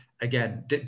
again